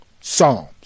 Psalms